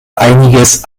einiges